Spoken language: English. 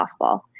softball